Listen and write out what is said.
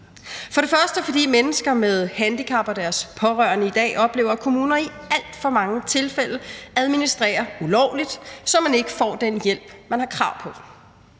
for det første, fordi mennesker med handicap og deres pårørende i dag oplever, at kommuner i alt for mange tilfælde administrerer ulovligt, så man ikke får den hjælp, man har krav på.